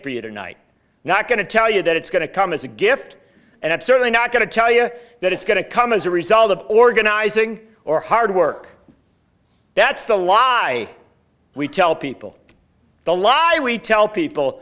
for you tonight not going to tell you that it's going to come as a gift and i'm certainly not going to tell you that it's going to come as a result of organizing or hard work that's the lie we tell people the liar we tell people